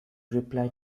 reply